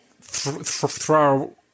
throw